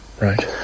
Right